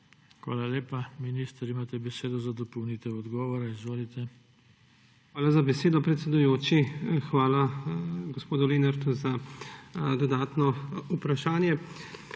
Hvala lepa. Minister, imate besedo za dopolnitev odgovora, izvolite. JANEZ POKLUKAR: Hvala za besedo, predsedujoči. Hvala gospodu Lenartu za dodatno vprašanje.